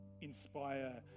inspire